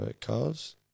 cars